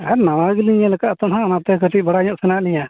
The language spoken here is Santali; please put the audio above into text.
ᱟᱨ ᱱᱟᱣᱟ ᱜᱮᱞᱤᱧ ᱧᱮᱞ ᱠᱟᱜᱼᱟ ᱛᱚ ᱦᱟᱸᱜ ᱚᱱᱟᱛᱮ ᱠᱟᱹᱴᱤᱡ ᱵᱟᱲᱟᱭ ᱚᱜ ᱥᱟᱱᱟᱭᱮᱫ ᱞᱤᱧᱟ